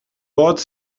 bought